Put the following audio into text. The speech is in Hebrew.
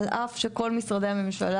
על אף שכל משרדי הממשלה,